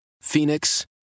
Phoenix